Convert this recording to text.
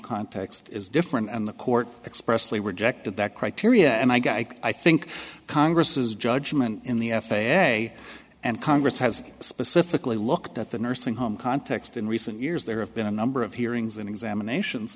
context is different and the court expressly rejected that criteria and i got i think congress is judgment in the f a a and congress has specifically looked at the nursing home context in recent years there have been a number of hearings in examinations